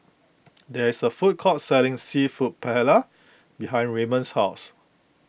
there is a food court selling Seafood Paella behind Raymon's house